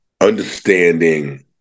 understanding